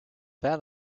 that